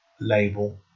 Label